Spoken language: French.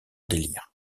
délire